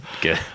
good